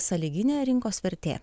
sąlyginė rinkos vertė